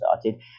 started